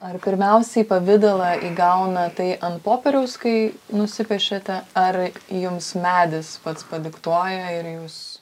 ar pirmiausiai pavidalą įgauna tai ant popieriaus kai nusipiešiate ar jums medis pats padiktuoja ir jūs